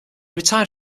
retired